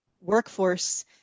workforce